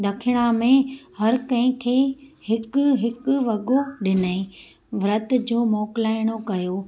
ॾखिणा में हर कंहिं खे हिकु हिकु वॻो ॾिनई विर्त जो मोकिलाइणो कयो